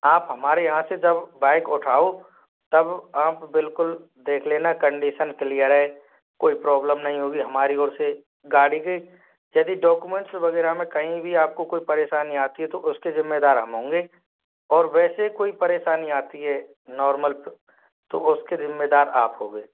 आप हमारे यहाँ से जब बाइक उठाओ तब आप बिल्कुल देख लेना कंडीसन क्लियर है कोई प्रॉब्लम नहीं होगी हमारी ओर से गाड़ी के यदि डॉक्यूमेंट वगैरह में कहीं भी आपको कोई परेशानी आती है तो उसके जिम्मेदार हम होंगे और वैसे कोई परेशानी आती है नॉर्मल तो उसके जिम्मेदार आप हो गए